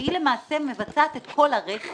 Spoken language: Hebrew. שהיא למעשה מבצעת את כל הרכש